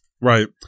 Right